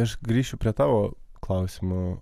aš grįšiu prie tavo klausimo